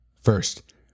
First